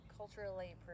Culturally